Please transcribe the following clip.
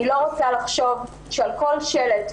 אני לא רוצה לחשוב שעל כל שלט,